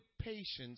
patience